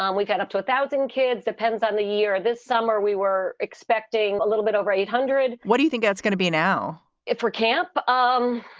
um we got up to a thousand kids, depends on the year. this summer we were expecting a little bit over eight hundred. what do you think that's going to be now if we're camp? um